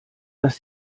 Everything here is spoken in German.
dass